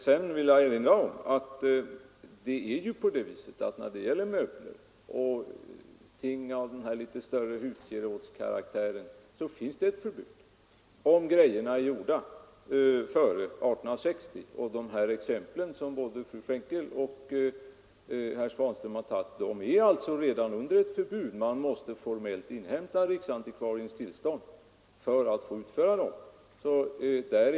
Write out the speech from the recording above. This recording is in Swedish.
Jag vill erinra om att det finns ett förbud mot utförsel av möbler och andra större husgeråd, om de är gjorda före 1860. De exempel som fru Frenkel och herr Svanström har nämnt faller alltså redan under ett förbud. Man måste formellt inhämta riksantikvariens tillstånd för att få utföra sådana saker.